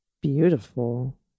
Beautiful